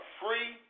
free